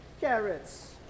carrots